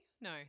No